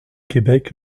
québec